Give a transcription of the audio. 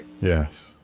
Yes